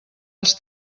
els